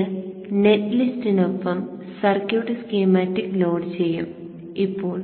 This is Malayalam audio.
ഇത് നെറ്റ് ലിസ്റ്റിനൊപ്പം സർക്യൂട്ട് സ്കീമാറ്റിക് ലോഡ് ചെയ്യും ഇപ്പോൾ